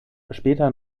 später